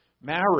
Marriage